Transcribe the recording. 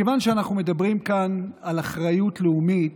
מכיוון שאנחנו מדברים כאן על אחריות לאומית,